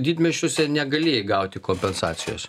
didmiesčiuose negalėjai gauti kompensacijos